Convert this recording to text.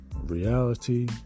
Reality